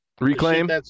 Reclaim